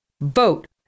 vote